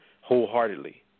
wholeheartedly